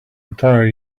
entire